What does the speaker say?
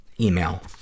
email